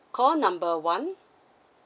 call number one